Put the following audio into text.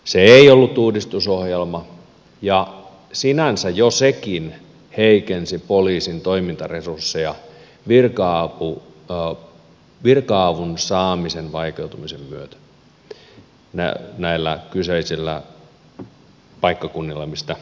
se ei ollut uudistusohjelma ja sinänsä jo sekin heikensi poliisin toimintaresursseja virka avun saamisen vaikeutumisen myötä näillä kyseisillä paikkakunnilla mistä varuskunta lähti